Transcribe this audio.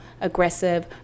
aggressive